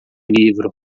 livro